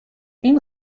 این